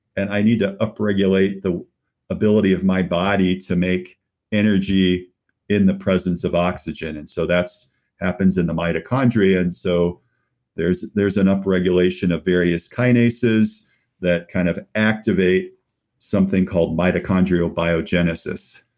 and i need to upregulate the ability of my body to make energy in the presence of oxygen. and so that happens in the mitochondria and so there's there's an upregulation of various kinases that kind of activate something called mitochondrial biogenesis,